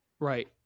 Right